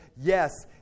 yes